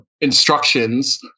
instructions